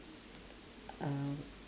uh